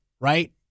Right